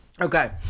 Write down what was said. okay